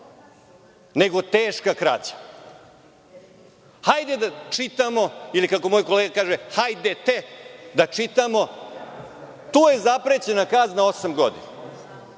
šine teška krađa. Hajde da čitamo ili kako moj kolega kaže – hajdete da čitamo. Tu je zaprećena kazna osam godina.